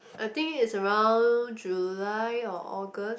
I think it's around July or August